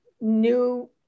new